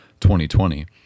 2020